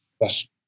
Yes